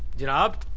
get up.